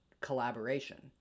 collaboration